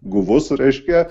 guvus reiškia